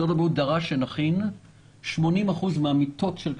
הוא דרש שנכין 80% מן המיטות של כללית,